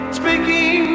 speaking